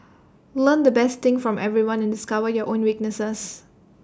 learn the best things from everyone and discover your own weaknesses